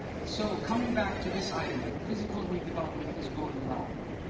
so coming back to this item, physical redevelopment is going well.